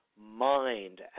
mind